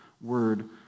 word